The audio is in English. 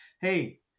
Hey